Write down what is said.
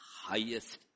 highest